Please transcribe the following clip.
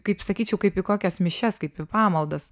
kaip sakyčiau kaip į kokias mišias kaip į pamaldas